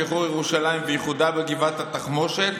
שחרור ירושלים ואיחודה וגבעת התחמושת,